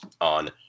on